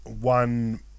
one